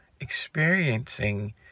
experiencing